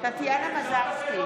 טטיאנה מזרסקי,